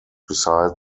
beside